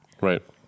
Right